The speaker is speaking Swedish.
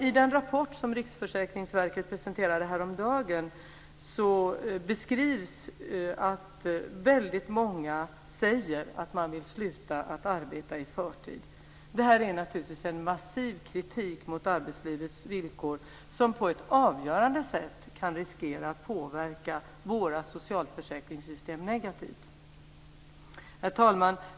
I den rapport som Riksförsäkringsverket presenterade häromdagen beskrivs att väldigt många säger att man vill sluta att arbeta i förtid. Det här är naturligtvis en massiv kritik mot arbetslivets villkor som på ett avgörande sätt kan riskera att påverka våra socialförsäkringssystem negativt. Herr talman!